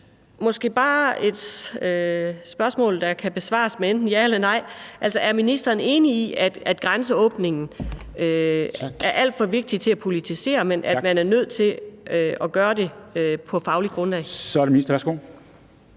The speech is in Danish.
Jeg har et spørgsmål, som måske bare kan besvares med enten ja eller nej. Er ministeren enig i, at grænseåbningen er alt for vigtig til at politisere, men at man er nødt til at gøre det på et fagligt grundlag? Kl. 13:42